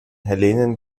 hellenen